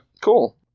Cool